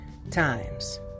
Times